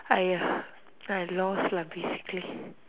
I I lost lah basically